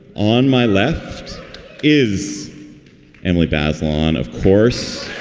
on my left is emily bazelon, of course